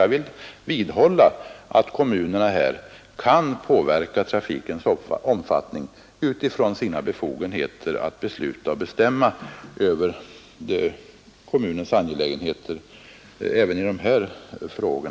Jag vill vidhålla att kommunerna kan påverka trafikens omfattning utifrån sina befogenheter att besluta över kommunens angelägenheter även i dessa frågor.